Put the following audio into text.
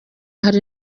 hari